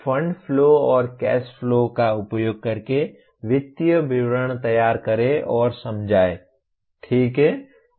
fund flow और cash flow का उपयोग करके वित्तीय विवरण तैयार करें और समझाएं ठीक है